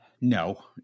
No